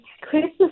Christmas